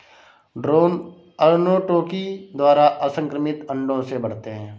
drone अर्नोटोकी द्वारा असंक्रमित अंडों से बढ़ते हैं